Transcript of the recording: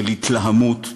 של התלהמות,